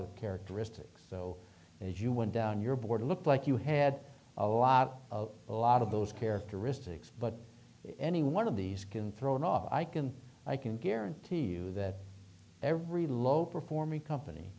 the characteristics so as you went down your board looked like you had a lot of a lot of those characteristics but any one of these can thrown off i can i can guarantee you that every low performing company